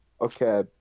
Okay